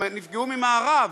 הם נפגעו ממארב,